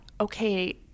okay